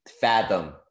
fathom